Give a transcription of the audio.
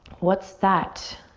what's that